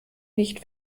nicht